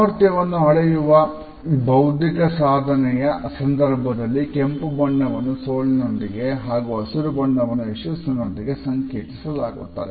ಸಾಮರ್ಥ್ಯವನ್ನು ಅಳೆಯುವ ಬೌದ್ಧಿಕ ಸಾಧನೆಯ ಸಂದರ್ಭದಲ್ಲಿ ಕೆಂಪು ಬಣ್ಣವನ್ನು ಸೋಲಿನೊಂದಿಗೆ ಹಾಗೂ ಹಸಿರು ಬಣ್ಣವನ್ನು ಯಶಸ್ಸಿನೊಂದಿಗೆ ಸಂಕೇತಿಸಲಾಗುತ್ತದೆ